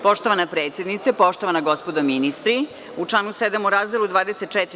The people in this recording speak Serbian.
Poštovana predsednice, poštovana gospodo ministri, u članu 7. u razdelu 24.